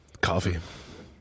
Coffee